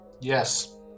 Yes